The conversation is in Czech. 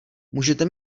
můžete